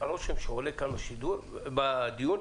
שעולה כאן בדיון,